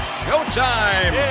showtime